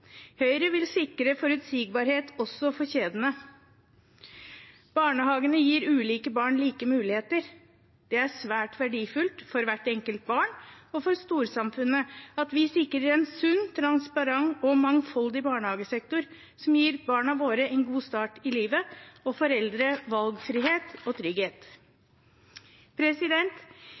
Høyre vil sikre forutsigbarhet også for kjedene. Barnehagene gir ulike barn like muligheter. Det er svært verdifullt for hvert enkelt barn og for storsamfunnet at vi sikrer en sunn, transparent og mangfoldig barnehagesektor som gir barna våre en god start i livet og foreldre valgfrihet og trygghet.